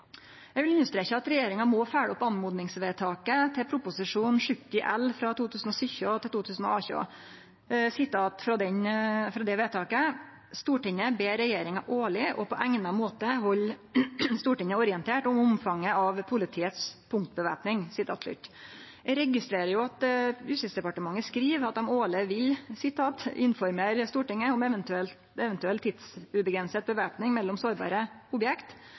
70 L for 2017–2018, som lyder: «Stortinget ber regjeringen årlig og på egnet måte holde Stortinget orientert om omfanget av politiets punktbevæpning.» Eg registrerer at Justisdepartementet skriv at dei årleg vil «informere Stortinget om eventuell tidsubegrenset bevæpning mellom